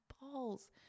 balls